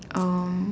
um